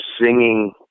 singing